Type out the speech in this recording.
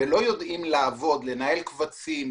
ולא יודעים לעבוד עם לנהל קבצים,